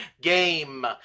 Game